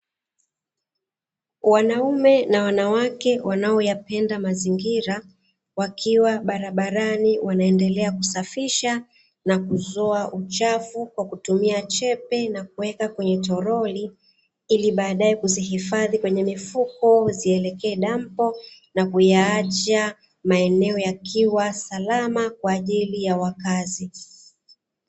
Wanaume na wanawake wanaopenda mazingira wakiwa barabarani, wanaendelea kusafisha na kuzoa uchafu kwa kutumia chepe, na kuweka kwenye torori ili badae kuzihifadhi kwenye mifuko zielekee dampo na kuyaacha maeneo yakiwa salama kwa ajili ya wakazi.